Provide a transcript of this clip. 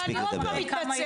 אז אני עוד פעם אתנצל,